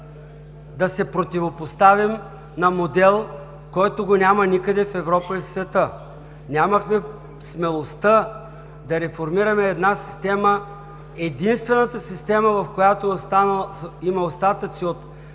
да се противопоставим на модел, който го няма никъде в Европа и в света. Нямахме смелостта да реформираме една система – единствената система, в която има остатъци от